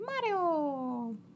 Mario